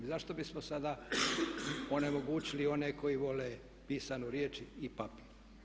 I zašto bismo sada onemogućili one koji vole pisanu riječ i papir.